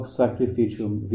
sacrificium